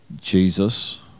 Jesus